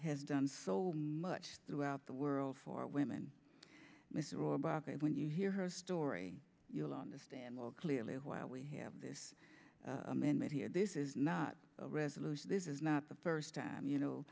has done so much throughout the world for women mr rohrbach and when you hear her story you'll understand more clearly why we have this amendment here this is not a resolution this is not the first time you know